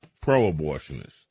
pro-abortionist